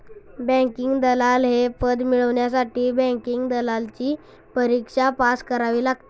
banking दलाल हे पद मिळवण्यासाठी बँकिंग दलालची परीक्षा पास करावी लागते